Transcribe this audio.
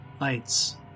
lights